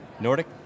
Nordic